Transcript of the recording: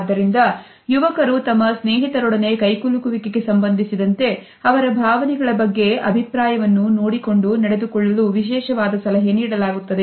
ಆದ್ದರಿಂದ ಯುವಕರು ತಮ್ಮ ಸ್ನೇಹಿತರೊಡನೆ ಕೈಕುಲುಕುವಿಕೆಗೆ ಸಂಬಂಧಿಸಿದಂತೆ ಅವರ ಭಾವನೆಗಳ ಬಗ್ಗೆ ಅವರ ಅಭಿಪ್ರಾಯವನ್ನು ನೋಡಿಕೊಂಡು ನಡೆದುಕೊಳ್ಳಲು ವಿಶೇಷವಾಗಿ ಸಲಹೆ ನೀಡಲಾಗುತ್ತದೆ